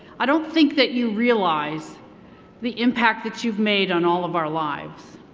i don't think that you realize the impact that you've made on all of our lives.